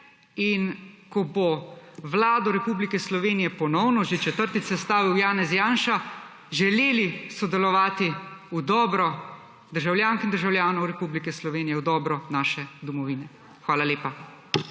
in ko bo Vlado Republike Slovenije ponovno, že četrtič, sestavil Janez Janša, želeli sodelovati v dobro državljank in državljanov Republike Slovenije, v dobro naše domovine. Hvala lepa.